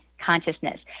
consciousness